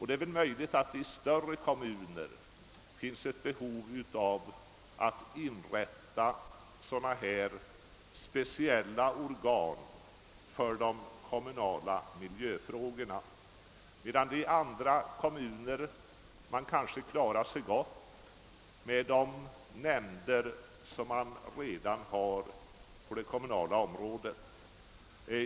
Det är möjligt att det i större kommuner finns ett behov av att inrätta sådana speciella organ för de kommunala miljöfrågorna, medan man i andra kommuner kanske klarar sig bra med de nämnder som man redan har.